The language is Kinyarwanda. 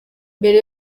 mbere